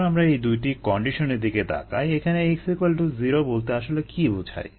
এখন আমরা এই দুইটি কন্ডিশনের দিকে তাকাই এখানে x0 বলতে আসলে কী বোঝায়